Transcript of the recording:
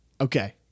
Okay